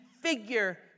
figure